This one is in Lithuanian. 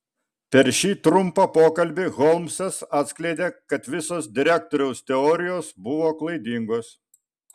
per šį trumpą pokalbį holmsas atskleidė kad visos direktoriaus teorijos buvo klaidingos